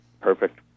perfect